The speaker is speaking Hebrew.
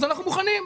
אז אנחנו מוכנים,